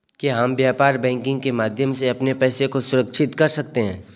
क्या हम व्यापार बैंकिंग के माध्यम से अपने पैसे को सुरक्षित कर सकते हैं?